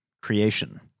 creation